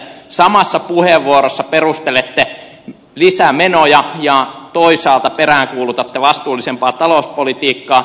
samassa puheenvuorossa perustelette lisämenoja ja toisaalta peräänkuulutatte vastuullisempaa talouspolitiikkaa